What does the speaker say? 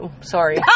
Sorry